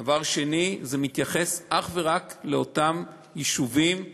דבר שני, זה מתייחס אך ורק לאותם יישובים שנמצאים,